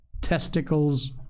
testicles